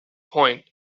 point